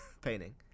painting